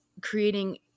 creating